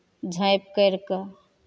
झाँपि करि कऽ